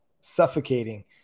suffocating